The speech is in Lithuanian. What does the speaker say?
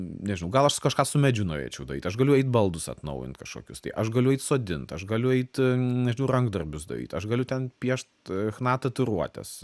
nežinau gal aš kažką su medžiu norėčiau daryt galiu eit baldus atnaujint kažkokius tai aš galiu eit sodint aš galiu eit nežinau rankdarbius daryt aš galiu ten piešt chna tatuiruotes